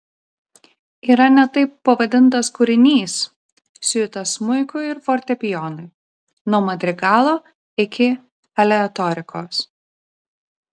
yra net taip pavadintas kūrinys siuita smuikui ir fortepijonui nuo madrigalo iki aleatorikos